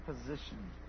position